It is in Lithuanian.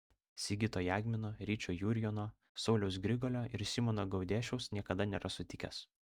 sigito jagmino ryčio jurjono sauliaus grigolio ir simono gaudėšiaus niekada nėra sutikęs